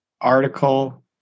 article